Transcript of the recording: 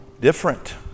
different